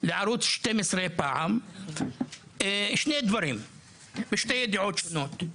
לערוץ 12 שני דברים בשתי ידיעות שונות.